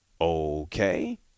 okay